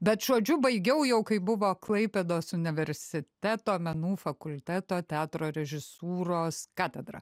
bet žodžiu baigiau jau kai buvo klaipėdos universiteto menų fakulteto teatro režisūros katedra